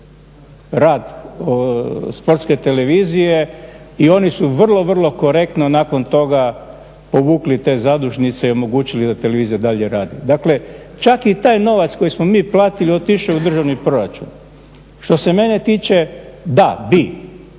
rad Sportske televizije i oni su vrlo, vrlo korektno nakon toga povukli te zadužnice i omogućili da televizija i dalje radi. Dakle, čak je i taj novac koji smo mi platili otišao u državni proračun. Što se mene tiče da, bi,